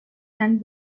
and